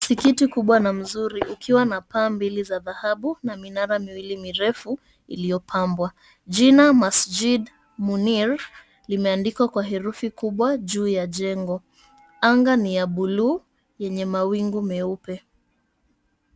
Msikiti mkubwa na mzuri ukiwa na paa mbili za dhahabu na minara miwili mirefu iliyopambwa. Jina masjid munir, limeandikwa kwa herufi kubwa juu ya jengo. Anga ni ya buluu lenye mawingu meupe.